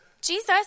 Jesus